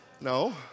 No